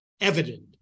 evident